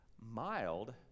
Mild